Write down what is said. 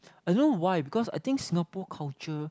I don't know why because I think Singapore culture